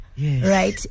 Right